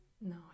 No